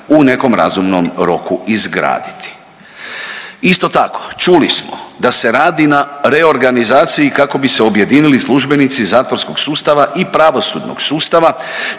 u nekom razumnom roku izgraditi. Isto tako, čuli smo da se radi na reorganizaciji kako bi se objedinili službenici zatvorskog sustava i pravosudnog sustava